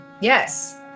yes